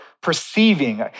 Perceiving